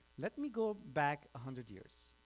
let me go back a hundred years.